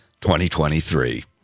2023